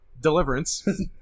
Deliverance